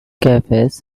cafes